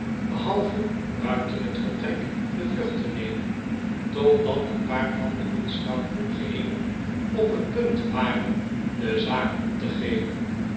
behalve buiten het vertrek de vlucht te nemen totdat een paar van de minst stoutmoedige heeren op het punt waren de zaak op te geven